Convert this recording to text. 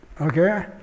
okay